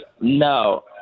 No